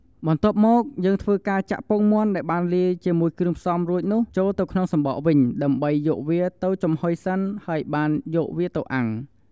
បន្ទាប់មកយើងធ្វើការចាក់ពងមាន់ដែលបានលាយជាមួយគ្រឿងផ្សំរួចនោះចូលទៅក្នុងសំបកវិញ ដើម្បីយកវាទៅចំហុយសិនហើយបានយកវាទៅអាំង។